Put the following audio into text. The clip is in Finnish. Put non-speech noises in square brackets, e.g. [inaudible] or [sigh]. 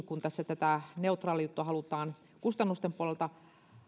[unintelligible] kun tässä tätä neutraaliutta halutaan kustannusten puolelta